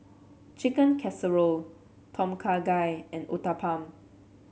Chicken Casserole Tom Kha Gai and Uthapam